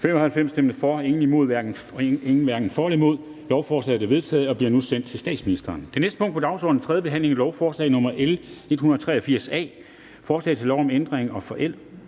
stemte 5 (NB og LA), hverken for eller imod stemte 0. Lovforslaget er vedtaget og bliver nu sendt til statsministeren. --- Det næste punkt på dagsordenen er: 7) 3. behandling af lovforslag nr. L 163: Forslag til lov om ændring af